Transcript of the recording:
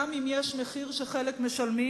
גם אם יש מחיר שחלק משלמים.